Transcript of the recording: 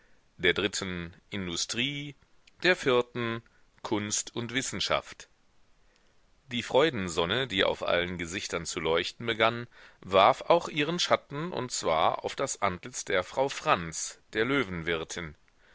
der dritten industrie der vierten kunst und wissenschaft die freudensonne die auf allen gesichtern zu leuchten begann warf auch ihren schatten und zwar auf das antlitz der frau franz der